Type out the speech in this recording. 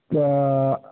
तऽ